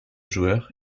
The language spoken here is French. joueur